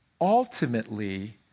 ultimately